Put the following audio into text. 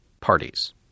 parties